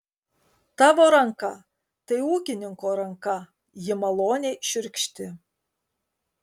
tavo ranka tai ūkininko ranka ji maloniai šiurkšti